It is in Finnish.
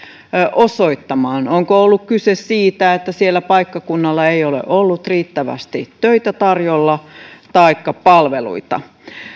osoittamaan onko ollut kyse siitä että siellä paikkakunnalla ei ole ollut riittävästi töitä tarjolla taikka palveluita